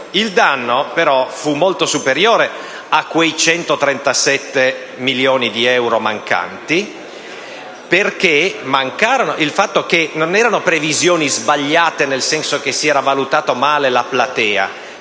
il danno però fu molto superiore a quei 137 milioni di euro mancanti. Non erano previsioni sbagliate nel senso che si era valutata male la platea,